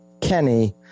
Kenny